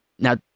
Now